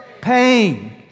pain